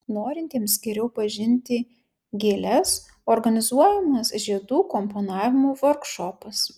norintiems geriau pažinti gėles organizuojamas žiedų komponavimo vorkšopas